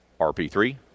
RP3